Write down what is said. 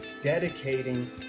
dedicating